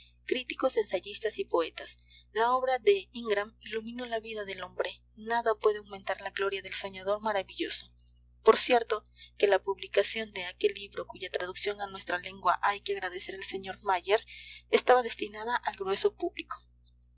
críticos ensayistas y poetas la obra de ingram iluminó la vida del hombre nada puede aumentar la gloria del soñador maravilloso por cierto que la publicación de aquel libro cuya traducción a nuestra lengua hay que agradecer al sr mayer estaba destinada al grueso